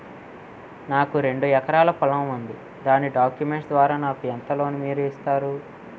నాకు రెండు ఎకరాల పొలం ఉంది దాని డాక్యుమెంట్స్ ద్వారా నాకు ఎంత లోన్ మీరు ఇస్తారు?